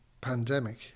pandemic